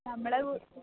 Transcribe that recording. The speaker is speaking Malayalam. നമ്മളെ കൂ